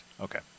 Okay